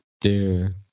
Dude